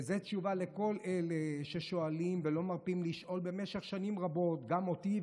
וזו תשובה לכל אלה ששואלים ולא מרפים מלשאול במשך שנים רבות גם אותי,